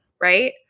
right